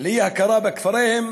לאי-הכרה בכפריהם,